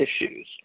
issues